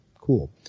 Cool